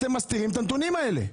אתם מסתירים את הנתונים האלה.